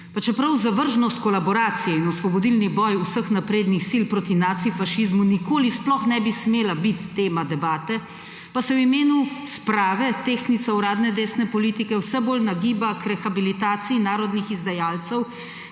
Pa čeprav zavrženost kolaboracije in osvobodilni boj vseh naprednih sil proti nacifašizmu nikoli sploh ne bi smela biti tema debate, pa se v imenu sprave tehtnica uradne desne politike vse bolj nagiba k rehabilitaciji narodnih izdajalcev,